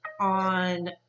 on